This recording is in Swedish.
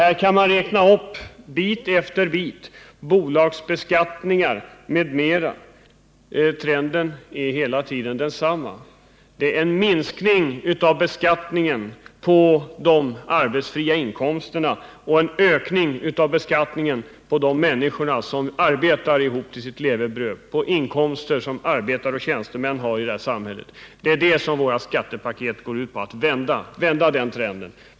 Så kan man räkna upp bit efter bit, bolagsbeskattningen m.m. Trenden är hela tiden densamma. Det är en minskning av beskattningen på de arbetsfria inkomsterna och en ökning av beskattningen för de människor som arbetar ihop till sitt levebröd, på de inkomster som arbetare och tjänstemän har i samhället. Vårt skattepaket går ut på att vända den trenden.